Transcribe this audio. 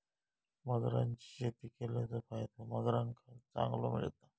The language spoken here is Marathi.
मगरांची शेती केल्याचो फायदो मगरांका चांगलो मिळता